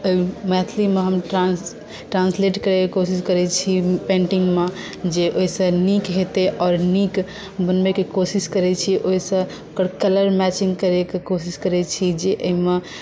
मैथिली मे हम ट्रान्सलेट करैके कोशिश करै छी पेण्टिंग मे जे ओहिसँ नीक हेतै आओर नीक बनबैके कोशिश करै छी ओहिसँ ओकर कलर मैचिंग करैके कोशिश करै छी जे एहिमे